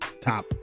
top